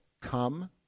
come